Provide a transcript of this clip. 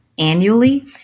annually